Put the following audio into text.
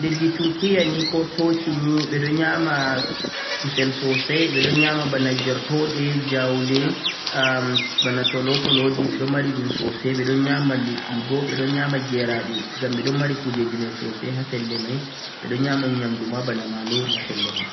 leddi Turkiyya ni ko Turkey ni ɓe ɗon nyama kusel sosai ɓe ɗon nyama bana gertoɗe, jaule, am bana tolotoloji ɓe ɗon nyama ɗum sosai, ɓe ɗon nyama liɗɗi bo, ɓe ɗon nyama geraɗe, ngam ɓe ɗon mari kujeji mai sosai ha pelle mai, ɓe ɗon nyama nyamdu ma bana malori ha pelle mai.